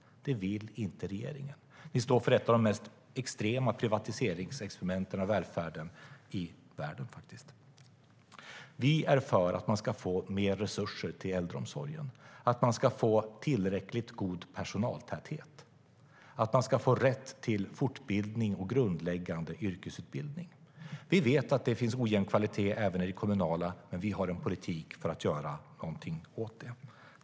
Det vill inte regeringen. Vi står inför ett av de mest extrema experimenten med privatisering av välfärden i världen. Vi är för att man ska få mer resurser till äldreomsorgen, att man ska få tillräckligt god personaltäthet och att man ska få rätt till fortbildning och grundläggande yrkesutbildning. Vi vet att det finns ojämn kvalitet även i den kommunala äldreomsorgen, men vi har en politik för att göra något åt det.